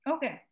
Okay